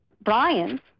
Brian